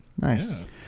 nice